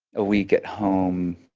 a week at home,